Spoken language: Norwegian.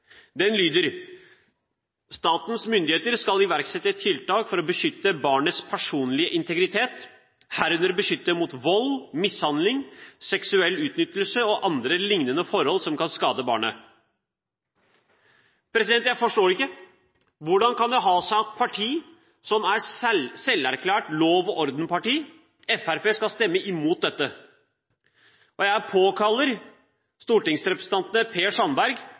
lyder: «Statens myndigheter skal iverksette tiltak for å beskytte barnets personlige integritet, herunder beskyttelse mot vold, mishandling, seksuell utnyttelse og andre liknende forhold som kan skade barnet.» Jeg forstår det ikke: Hvordan kan det ha seg at Fremskrittspartiet, som er et selverklært lov-og-orden-parti, skal stemme imot dette? Jeg påkaller stortingsrepresentantene Per Sandberg,